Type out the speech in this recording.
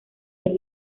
los